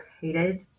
hated